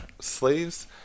slaves